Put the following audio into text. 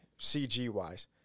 CG-wise